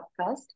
podcast